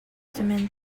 semaines